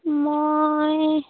মই